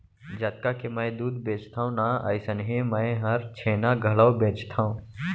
जतका के मैं दूद बेचथव ना अइसनहे मैं हर छेना घलौ बेचथॅव